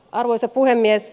arvoisa puhemies